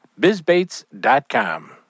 bizbaits.com